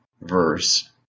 verse